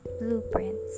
blueprints